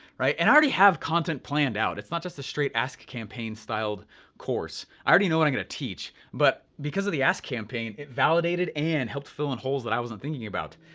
right. and i already have content planned out, it's not just a straight ask campaign styled course. i already know what i'm gonna teach, but because of the ask campaign, it validated and helped fill in holes that i wasn't thinking about.